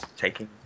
taking